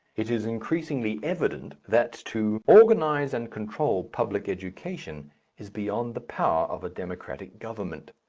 it is increasingly evident that to organize and control public education is beyond the power of a democratic government.